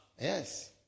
Yes